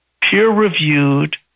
peer-reviewed